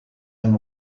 and